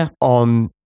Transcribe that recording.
on